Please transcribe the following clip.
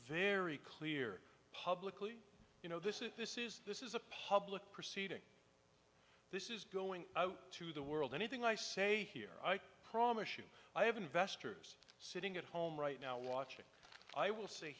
very clear publicly you know this is this is this is a public proceeding this is going out to the world anything i say here i promise you i have investors sitting at home right now watching i will say